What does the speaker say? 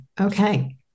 okay